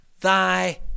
thy